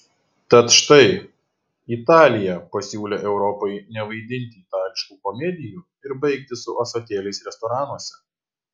tad štai italija pasiūlė europai nevaidinti itališkų komedijų ir baigti su ąsotėliais restoranuose